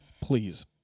please